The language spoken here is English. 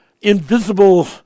invisible